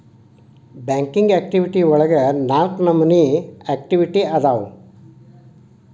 banking activity ಒಳಗ ನಾಲ್ಕ ನಮೋನಿ ಆಕ್ಟಿವಿಟಿ ಅದಾವು ಅದಾವು